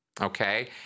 okay